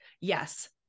yes